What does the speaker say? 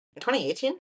2018